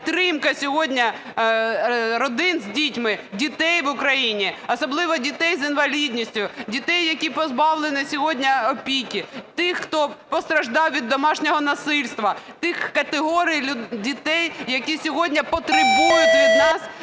підтримка сьогодні родин з дітьми, дітей в Україні, особливо дітей з інвалідністю, дітей, які позбавлені сьогодні опіки, тих, хто постраждав від домашнього насильства, тих категорій дітей, які сьогодні потребують від нас